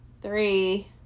three